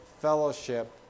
fellowship